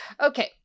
Okay